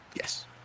Yes